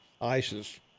ISIS